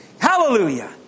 Hallelujah